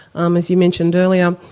um as you mentioned earlier,